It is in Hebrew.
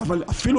עוד פעם,